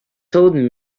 told